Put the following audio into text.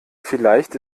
vielleicht